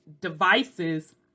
devices